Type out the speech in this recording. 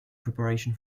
preparation